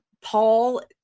Paul